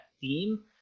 theme